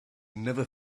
never